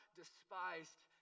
despised